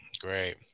Great